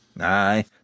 Aye